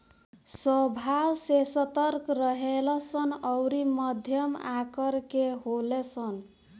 स्वभाव से सतर्क रहेले सन अउरी मध्यम आकर के होले सन